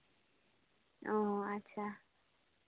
ᱚ ᱟᱪᱪᱷᱟ